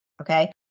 Okay